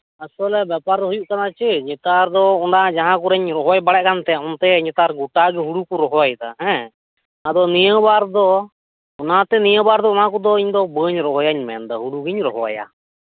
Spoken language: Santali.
ᱟᱥᱚᱞᱮ ᱵᱮᱯᱟᱨ ᱦᱩᱭᱩᱜ ᱠᱟᱱᱟ ᱪᱮᱫ ᱱᱮᱛᱟᱨ ᱫᱚ ᱚᱱᱟ ᱡᱟᱦᱟᱸ ᱠᱚᱨᱮᱧ ᱨᱚᱦᱚᱭ ᱵᱟᱲᱟᱭᱟᱭᱮᱫ ᱠᱟᱱ ᱛᱟᱦᱮᱸᱫ ᱚᱱᱛᱮ ᱱᱮᱛᱟᱨ ᱜᱚᱴᱟᱜᱤ ᱦᱩᱲᱩᱠᱩ ᱨᱚᱦᱚᱭᱮᱫᱟ ᱦᱮᱸ ᱟᱫᱚ ᱱᱤᱭᱟᱹᱵᱟᱨ ᱫᱚ ᱚᱱᱟᱛᱮ ᱱᱤᱭᱟᱹᱵᱟᱨ ᱫᱚ ᱚᱱᱟᱠᱚᱫᱚ ᱵᱟᱹᱧ ᱨᱚᱦᱚᱭᱟᱧ ᱢᱮᱱᱫᱟ ᱦᱩᱲᱩᱜᱤᱧ ᱨᱚᱦᱚᱭᱟ